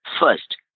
first